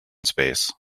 space